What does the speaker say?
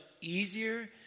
easier